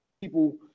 people